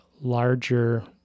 larger